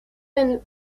film